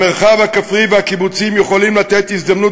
המרחב הכפרי והקיבוצי יכול לתת הזדמנות